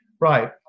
Right